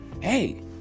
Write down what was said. Hey